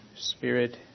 spirit